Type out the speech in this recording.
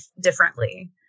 differently